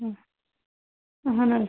آ اَہن حٲز